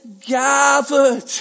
gathered